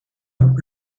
ans